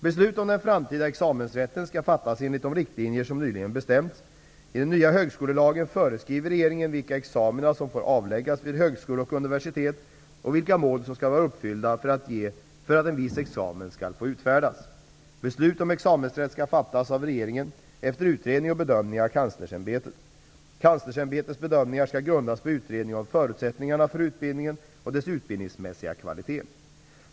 Beslut om den framtida examensrätten skall fattas enligt de riktlinjer som nyligen bestämts. I den nya högskolelagen föreskriver regeringen vilka examina som får avläggas vid högskolor och universitet och vilka mål som skall vara uppfyllda för att en viss examen skall få utfärdas. Beslut om examensrätt skall fattas av regeringen efter utredning och bedömning av Kanslersämbetet. Kanslersämbetets bedömningar skall grundas på utredning om förutsättningarna för utbildningen och dess utbildningsmässiga kvalitet.